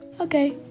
Okay